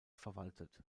verwaltet